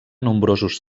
nombrosos